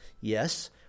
Yes